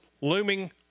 looming